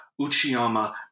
uchiyama